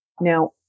Now